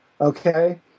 okay